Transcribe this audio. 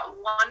one